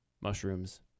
mushrooms